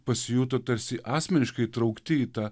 pasijuto tarsi asmeniškai įtraukti į tą